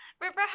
River